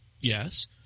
Yes